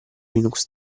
linux